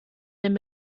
den